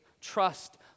Trust